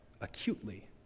acutely